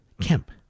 Kemp